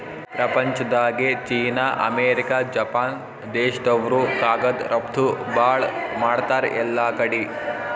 ಪ್ರಪಂಚ್ದಾಗೆ China, America, Japan ದೇಶ್ದವ್ರು ಕಾಗದ್ ರಫ್ತು ಭಾಳ್ ಮಾಡ್ತಾರ್ ಎಲ್ಲಾಕಡಿ